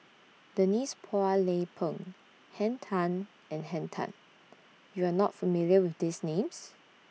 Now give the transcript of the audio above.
Denise Phua Lay Peng Henn Tan and Henn Tan YOU Are not familiar with These Names